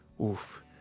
oof